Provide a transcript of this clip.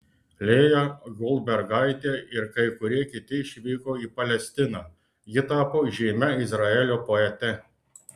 lėja goldbergaitė ir kai kurie kiti išvyko į palestiną ji tapo žymia izraelio poete